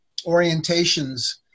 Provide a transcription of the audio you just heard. orientations